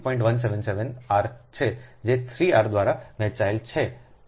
177 r છે જે 3 r દ્વારા વહેંચાયેલ છે 0